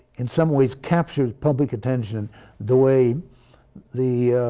in some ways captures public attention the way the